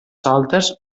soltes